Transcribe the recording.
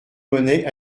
monet